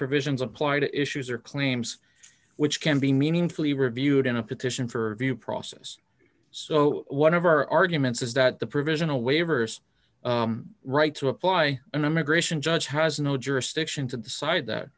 provisions apply to issues or claims which can be meaningfully reviewed in a petition for view process so one of our arguments is that the provisional waivers right to apply an immigration judge has no jurisdiction to decide that